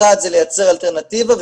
אחת זה לייצר אלטרנטיבה,